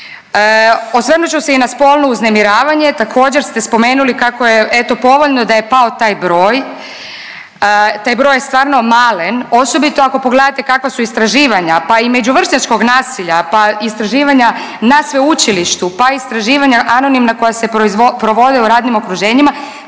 Osvrnut ću se i na spolno uznemiravanje. Također ste spomenuli kako je eto povoljno da je pao taj broj. Taj broj je stvarno malen osobito ako pogledate kakva su istraživanja pa i međuvršnjačkog nasilja, pa istraživanja na sveučilištu, pa istraživanja anonimna koja se proiz… provode u radnim okruženjima